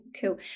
cool